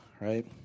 right